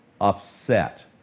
upset